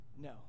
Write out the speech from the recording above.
no